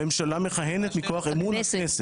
הממשלה מכהנת מכוח אמון הכנסת.